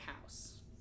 house